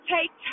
Take